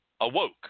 awoke